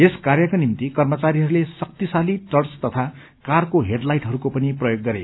यस कार्यको निम्ति कर्मचारीहरूले शक्तिशाली टार्च तथा कारको हेडलाइटहरूको पनि प्रयोग गरे